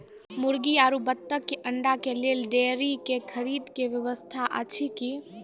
मुर्गी आरु बत्तक के अंडा के लेल डेयरी के खरीदे के व्यवस्था अछि कि?